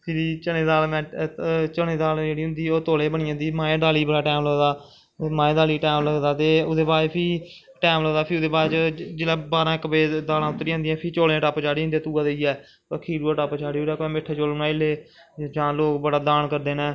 फिरी चनें दी दाल जेह्ड़ी होंदी जल्दी बनी जंदी माहें दी दाली गी बड़ा टैम लगदा और माहें दी दाली गी बड़ा टैम लगदा ते ओह्दे बाद च टैम लगदा फ्ही ओह्दे च जिसलै बाह्रां इक बड़े दालां उतरी जंदियां फ्ही चौलें दे टप्प चाढ़ी ओड़दे तुगा देईयै खीरू दा टप्प चाढ़ी लेआ जां मिट्ठे चौल बनाई ले जां लोग बड़ा दान करदे नै